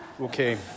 Okay